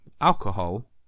alcohol